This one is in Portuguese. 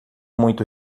muito